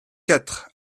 quatre